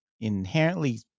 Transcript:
inherently